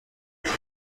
تهیه